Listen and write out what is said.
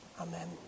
Amen